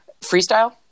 freestyle